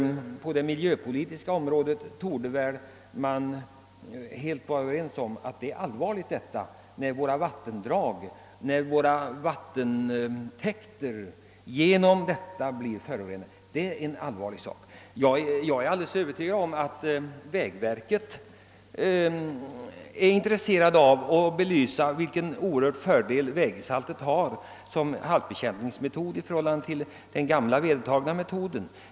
På det miljöpolitiska området torde man vara helt överens om att det är ett allvarligt problem när våra vattentäkter och andra vattendrag blir förorenade av vägsalt. Det är ingen överraskning att vägverket är angeläget om att belysa vilken oerhörd fördel vägsaltet har som halkbekämpningsmetod i förhållande till den gamla vedertagna metoden.